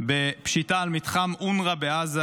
בפשיטה על מתחם אונר"א בעזה,